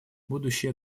будущее